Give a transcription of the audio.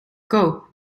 koop